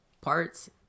parts